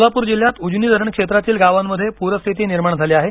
सोलापूर जिल्हयात उजनी धरण क्षेत्रातील गावांमध्ये पूरस्थिती निर्माण झाली आहे